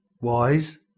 Wise